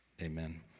Amen